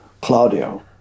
Claudio